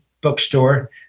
bookstore